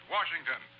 Washington